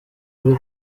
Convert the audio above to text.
uri